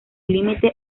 límite